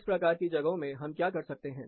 इस प्रकार की जगहों में हम क्या करते हैं